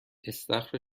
استخر